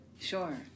Sure